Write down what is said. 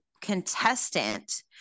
contestant